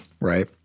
right